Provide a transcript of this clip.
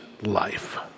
life